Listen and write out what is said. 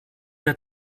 der